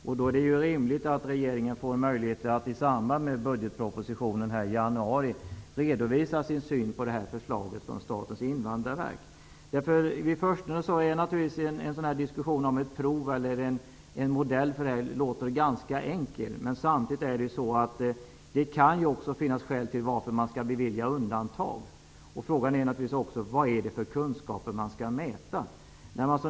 Det är då rimligt att regeringen får möjligheter att i samband med budgetpropositionen i januari redovisa sin syn på förslaget från Statens invandrarverk. I förstone låter det naturligtvis enkelt att införa ett prov eller en modell, men samtidigt kan det finnas skäl att bevilja undantag. Frågan är naturligtvis vilka kunskaper som skall mätas.